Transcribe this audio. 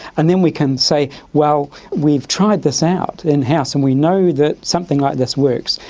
and then we can say, well, we've tried this out in-house and we know that something like this works,